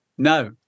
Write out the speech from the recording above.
No